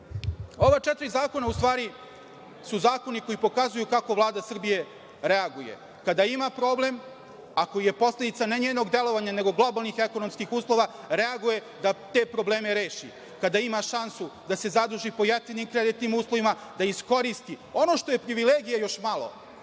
četiri zakona, u stvari su zakoni koji pokazuju kako Vlada Srbije reaguje kada ima problem, ako je posledica ne njenog delovanja nego globalnih ekonomskih uslova reaguje da te probleme reši. Kada ima šansu da se zaduži po jeftinim kreditnim uslovima, da iskoristi. Ono što je privilegija još malo,